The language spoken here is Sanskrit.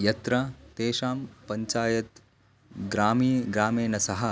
यत्र तेषां पञ्चायत् ग्रामीण ग्रामेन सह